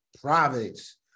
Providence